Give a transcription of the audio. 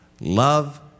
love